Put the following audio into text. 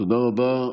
תודה רבה.